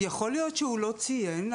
יכול להיות שהוא לא ציין,